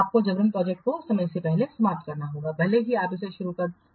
आपको जबरन प्रोजेक्ट को समय से पहले समाप्त करना होगा भले ही आपने इसे शुरू कर दिया हो